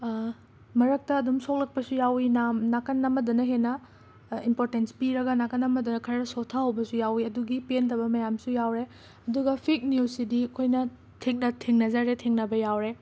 ꯃꯔꯛꯇ ꯑꯗꯨꯝ ꯁꯣꯛꯂꯛꯄꯁꯨ ꯌꯥꯎꯏ ꯅꯥꯝ ꯅꯥꯀꯟ ꯑꯃꯗꯅ ꯍꯦꯟꯅ ꯏꯝꯄꯣꯔꯇꯦꯟꯁ ꯄꯤꯔꯒ ꯅꯥꯀꯟ ꯑꯃꯗ ꯈꯔ ꯁꯣꯠꯊꯍꯧꯕꯁꯨ ꯌꯥꯎꯏ ꯑꯗꯨꯒꯤ ꯄꯦꯟꯗꯕ ꯃꯌꯥꯝꯁꯨ ꯌꯥꯎꯔꯦ ꯑꯗꯨꯒ ꯐꯦꯛ ꯅ꯭ꯌꯨꯁꯁꯤꯗꯤ ꯑꯩꯈꯣꯏꯅ ꯊꯦꯡꯅ ꯊꯦꯡꯅꯖꯔꯦ ꯊꯦꯡꯅꯕ ꯌꯥꯎꯔꯦ